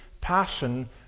passion